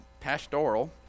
pastoral